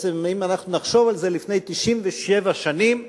אם נחשוב על זה, לפני 97 שנים,